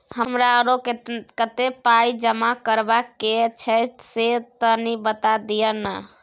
हमरा आरो कत्ते पाई जमा करबा के छै से तनी बता दिय न?